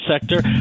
sector